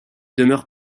demeure